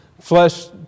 flesh